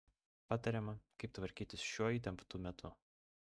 patariama kaip tvarkytis šiuo įtemptu metu